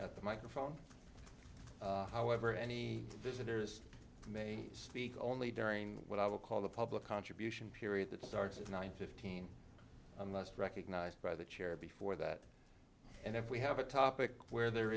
at the microphone however any visitors from eight speak only during what i will call the public contribution period that starts at nine fifteen unless recognized by the chair before that and if we have a topic where there